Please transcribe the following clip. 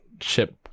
ship